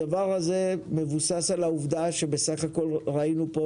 הדבר הזה מבוסס על העובדה שבסך הכל ראינו פה,